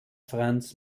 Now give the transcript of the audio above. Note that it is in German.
franz